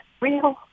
real